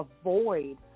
avoid